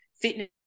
fitness